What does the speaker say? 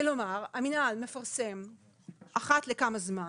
כלומר המינהל מפרסם אחת לכמה זמן,